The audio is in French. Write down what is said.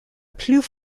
plus